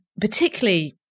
particularly